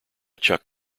chuck